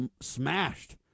smashed